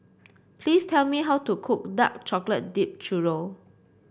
please tell me how to cook Dark Chocolate Dip Churro